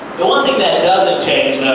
the one thing that doesn't change, though,